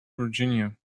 virginia